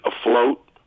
afloat